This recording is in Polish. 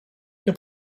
cię